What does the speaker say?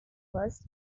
was